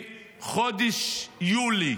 בחודש יולי